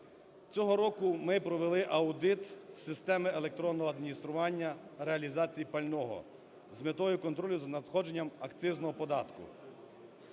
Цього року ми провели аудит системи електронного адміністрування реалізації пального з метою контролю за надходженням акцизного податку.